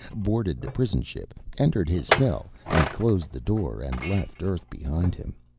boarded the prison ship, entered his cell, and closed the door and left earth behind him.